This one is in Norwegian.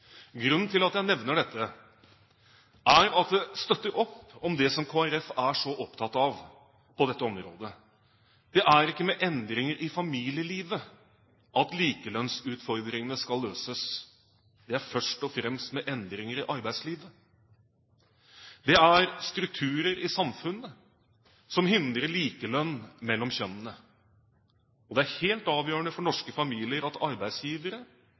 Grunnen til at jeg nevner dette, er at det støtter opp om det Kristelig Folkeparti er så opptatt av på dette området. Det er ikke med endringer i familielivet at likelønnsutfordringene skal løses. Det er først og fremst med endringer i arbeidslivet. Det er strukturer i samfunnet som hindrer likelønn mellom kjønnene. Det er helt avgjørende for norske familier at arbeidsgivere